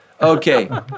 Okay